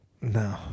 No